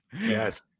Yes